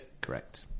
Correct